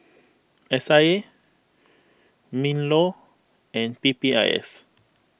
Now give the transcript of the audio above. S I A MinLaw and P P I S